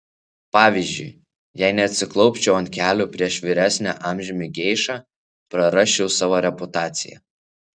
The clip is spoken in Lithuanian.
pavyzdžiui jei neatsiklaupčiau ant kelių prieš vyresnę amžiumi geišą prarasčiau savo reputaciją